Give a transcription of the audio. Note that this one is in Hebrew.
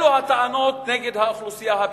אלו הטענות נגד האוכלוסייה הבדואית.